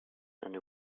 and